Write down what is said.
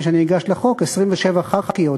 לפני שאני ניגש לחוק: 27 ח"כיות.